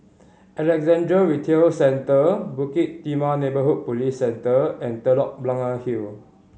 Alexandra Retail Centre Bukit Timah Neighbourhood Police Centre and Telok Blangah Hill